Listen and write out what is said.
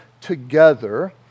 together